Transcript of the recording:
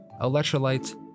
electrolytes